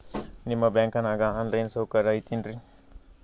ನಿಮ್ಮ ಬ್ಯಾಂಕನಾಗ online ಸೌಕರ್ಯ ಐತೇನ್ರಿ?